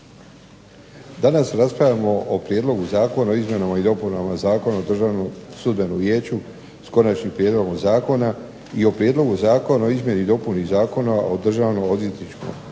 Danas raspravljamo o Prijedlogu Zakona o izmjenama i dopunama Zakona o Državnom sudbenom vijeću, s konačnim prijedlogom zakona, i o Prijedlogu Zakona o izmjeni i dopuni Zakona o Državnom odvjetnikom